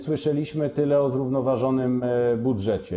Słyszeliśmy tyle o zrównoważonym budżecie.